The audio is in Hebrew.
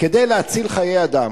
כדי להציל חיי אדם.